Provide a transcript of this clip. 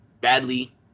badly